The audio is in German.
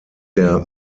der